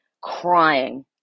crying